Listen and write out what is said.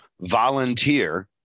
volunteer